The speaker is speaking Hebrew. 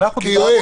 כיועץ.